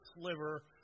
sliver